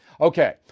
Okay